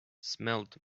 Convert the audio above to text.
smelled